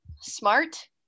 smart